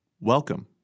Welcome